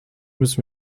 müssen